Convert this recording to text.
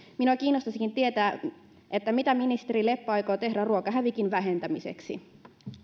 minua kiinnostaisikin tietää mitä ministeri leppä aikoo tehdä ruokahävikin vähentämiseksi